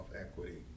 equity